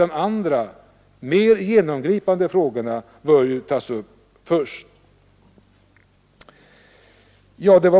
De andra mer genomgripande frågorna bör nämligen tas upp först.